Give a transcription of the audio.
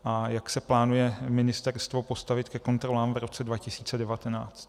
A jak se plánuje ministerstvo postavit ke kontrolám v roce 2019.